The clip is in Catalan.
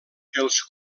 els